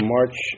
March